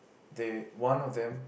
they one of them